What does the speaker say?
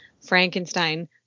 frankenstein